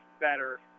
better